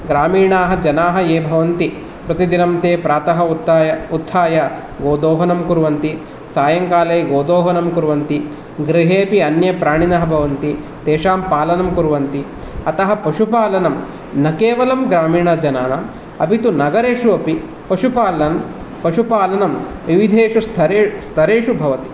ग्रामीणाः जनाः ये भवन्ति प्रतिदिनं ते प्रातः उत्ताय उत्थाय गोदोहनं कुर्वन्ति सायङ्काले गोदोहनं कुर्वन्ति गृहेऽपि अन्ये प्राणिनः भवन्ति तेषां पालनं कुर्वन्ति अतः पशुपालनं न केवलं ग्रामीणजनानाम् अपि तु नगरेषु अपि पशुपालनं पशुपालनं विविधेषु स्थरेषु स्तरेषु भवति